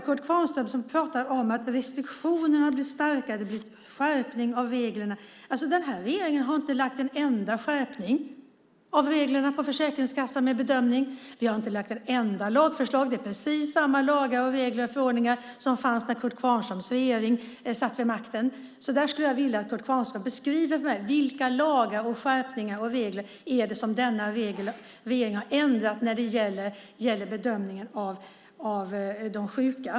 Kurt Kvarnström pratar om att restriktionerna blir strängare och att det blir skärpning av reglerna. Regeringen har inte lagt fram en enda skärpning av reglerna för bedömning på Försäkringskassan. Vi har inte lagt fram ett enda lagförslag; det är precis samma lagar, regler och förordningar som fanns när Kurt Kvarnströms partis regering satt vid makten. Jag skulle vilja att Kurt Kvarnström beskriver för mig vilka lagar, skärpningar och regler som regeringen har ändrat när det gäller bedömningen av de sjuka.